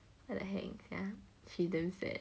what the heck sia she damn sad